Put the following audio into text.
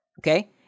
okay